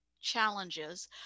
challenges